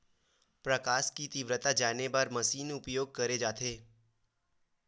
प्रकाश कि तीव्रता जाने बर का मशीन उपयोग करे जाथे?